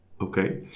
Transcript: Okay